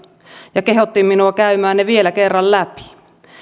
ja kehotti minua käymään ne vielä kerran läpi